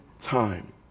time